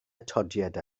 atodiad